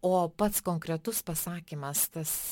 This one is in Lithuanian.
o pats konkretus pasakymas tas